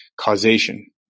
causation